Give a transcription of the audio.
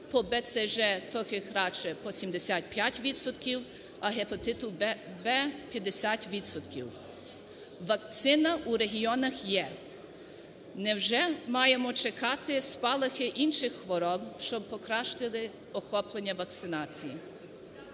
По БЦЖ трохи краще по 75 відсотків, а гепатиту В – 50 відсотків. Вакцина у регіонах є, невже маємо чекати спалахи інших хвороб, щоб покращити охоплення вакцинації?